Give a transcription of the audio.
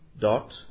dot